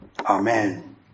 Amen